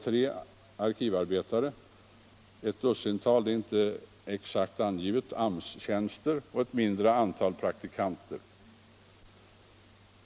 tre arkivarbetare, ett dussintal — inte exakt angivet -— AMS-tjänster och ett mindre antal praktikanter.